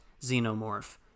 xenomorph